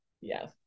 yes